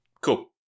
Cool